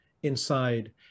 inside